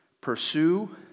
Pursue